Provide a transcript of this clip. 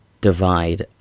divide